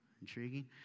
Intriguing